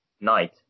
night